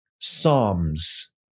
psalms